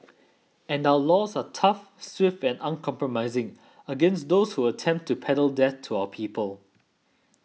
and our laws are tough swift and uncompromising against those who attempt to peddle death to our people